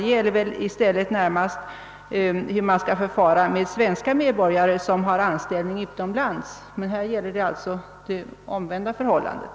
Det gäller väl i stället närmast hur man skall förfara med svenska medborgare som har anställning utomlands — alltså det omvända förhållandet.